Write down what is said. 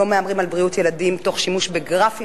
לא מהמרים על בריאות ילדים תוך שימוש בגרפים